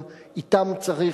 גם אתם צריך